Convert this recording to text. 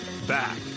Back